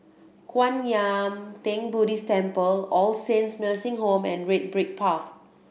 Kwan Yam Theng Buddhist Temple All Saints Nursing Home and Red Brick Path